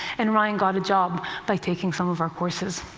and ryan got a job by taking some of our courses.